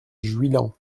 juillan